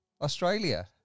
Australia